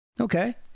okay